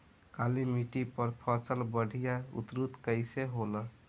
काली मिट्टी पर फसल बढ़िया उन्नत कैसे होला?